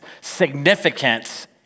significance